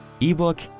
ebook